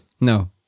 no